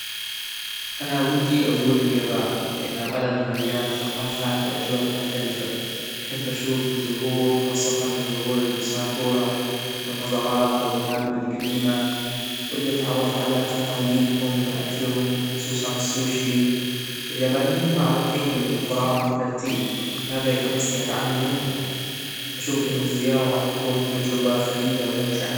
أنا ودى أزور اليابان لإنها بلد مليان ثقافات و أجواء مختلفة أحب أشوف الزهور خاصة زهور الساكورا والمزارات و المعابد الجديمة ودى أتعرف على تقاليدهم و أكلهم خصوصا السوشى واليابانيين معروفين بالإحترام و الترتيب وهذا يحمسنى اتعلم منهم أشوف إن الزياره راح تكون تجربة فريدة وممتعة